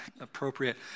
appropriate